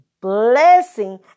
blessing